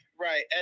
right